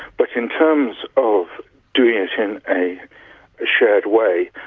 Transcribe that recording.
but in terms of doing it in a shared way,